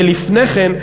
ולפני כן,